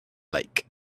lake